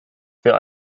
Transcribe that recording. für